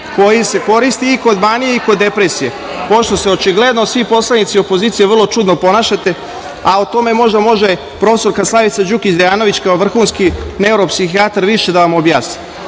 koji se koristi i kod depresije. Pošto se očigledno svi poslanici opozicije vrlo čudno ponašate, a o tome možda može profesorka Slavica Đukić Dejanović, kao vrhunski neuropsihijatar više da vam objasni.